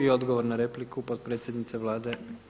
I odgovor na repliku potpredsjednica Vlade